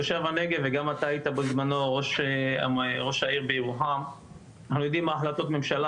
אני מקווה שמנסור עבאס נמצא כרגע בוועדה ואני אומר לו שחוץ מלקיה ורהט,